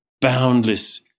boundless